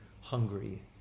hungry